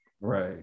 Right